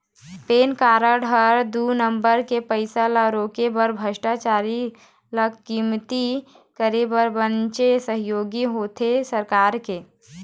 PAN card ह दू number के पइसा ल रोके बर भस्टाचारी ल कमती करे बर बनेच सहयोगी होथे सरकार के